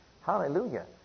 Hallelujah